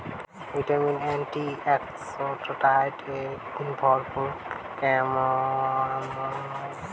vitamin, antioxidants এ ভরপুর carom seed মানে হই জোয়ান